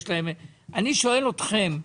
אני שואל אתכם: